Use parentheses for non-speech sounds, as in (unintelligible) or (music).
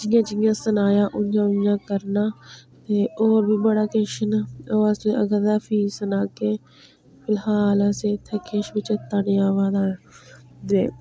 जियां जियां सनाया उ'यां उ'यां करना ते होर बी बड़ा किश न (unintelligible) पर फ्ही कदैं सनाह्गे फिलहाल असें इत्थैं किश बी चेता नी आवा दा दे